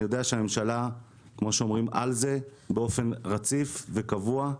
אני יודע שהממשלה מטפלת בזה באופן רציף וקבוע.